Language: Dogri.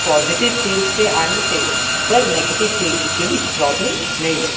पाजिटव चेंज ते आह्नचै पर नैगेटिव चेंज बिच बी प्राब्लम नेईं ऐ